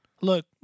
Look